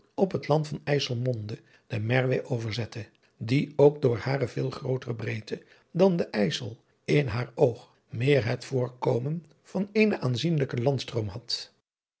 op het land van ijsselmonde de merwe overzette die ook door hare veel grootere breedte dan de ijssel in haar oog meer het voorkomen van eenen aanzienelijken landstroom had